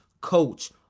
coach